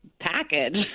package